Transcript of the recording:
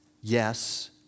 Yes